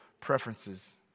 preferences